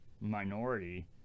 minority